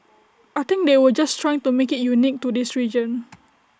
I think they were just trying to make IT unique to this region